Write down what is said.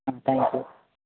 thank you